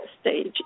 stage